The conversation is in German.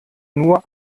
nur